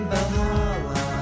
Bahala